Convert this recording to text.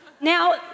Now